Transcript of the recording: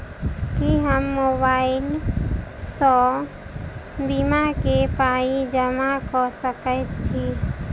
की हम मोबाइल सअ बीमा केँ पाई जमा कऽ सकैत छी?